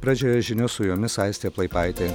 pradžioje žinios su jomis aistė plaipaitė